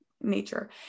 nature